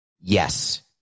Yes